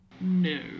No